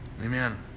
Amen